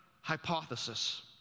hypothesis